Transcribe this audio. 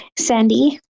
Sandy